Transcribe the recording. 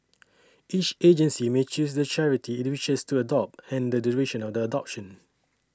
each agency may choose the charity it wishes to adopt and the duration of the adoption